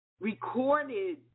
recorded